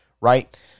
Right